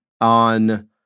on